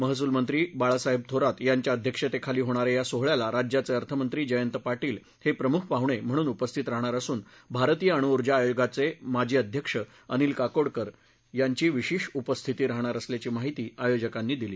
महसूल मंत्री बाळासाहेब थोरात यांच्या अध्यक्षतेखाली होणा या या सोहळ्याला राज्याचे अर्थमंत्री जयंत पाटील हे प्रमुख पाहुणे म्हणून उपस्थित राहणार असून भारतीय अणुऊर्जा आयोगाचे माजी अध्यक्ष अनिल काकोडकर यांनी विशेष उपस्थिती लाभणार असल्याची माहिती आयोजकांनी दिली